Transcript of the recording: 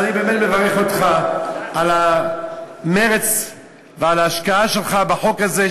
אז אני באמת מברך אותך על המרץ ועל ההשקעה שלך בחוק הזה,